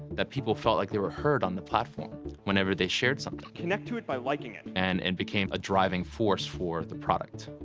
that people felt like they were heard on the platform whenever they shared something. connect to it by liking it. and it and became a driving force for the product.